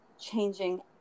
changing